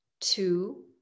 two